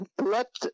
Let